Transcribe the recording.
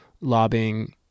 lobbying